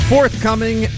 Forthcoming